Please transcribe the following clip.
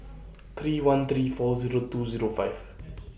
three one three four Zero two Zero five